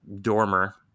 dormer